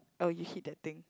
oh you hit that thing